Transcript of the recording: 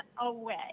away